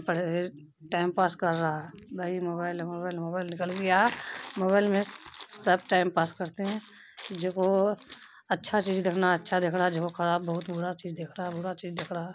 time pass کر رہا بھائی موبائل موبائل موبائل نکل گیا موبائل میں سب ٹائم پاس کرتے ہیں جو کو اچھا چیز دیکھنا اچھا دیکھ رہا جو خراب بہت برا چیز دیکھ رہا برا چیز دیکھ رہا